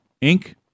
ink